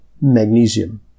magnesium